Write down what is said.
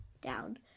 down